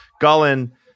Gullen